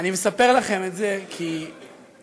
אני מספר לכם את זה כי באמת